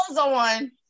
on